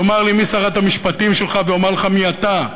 תאמר לי מי שרת המשפטים שלך ואומר לך מי אתה,